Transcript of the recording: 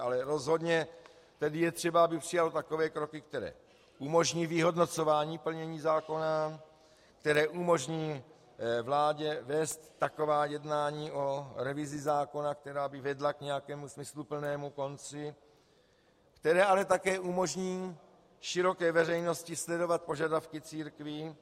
Ale rozhodně je třeba, aby přijalo takové kroky, které umožní vyhodnocování plnění zákona, které umožní vládě vést taková jednání o revizi zákona, která by vedla k nějakému smysluplnému konci, které ale také umožní široké veřejnosti sledovat požadavky církví.